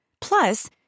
Plus